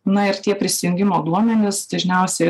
na ir tie prisijungimo duomenys dažniausiai